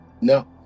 no